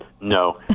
No